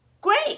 Great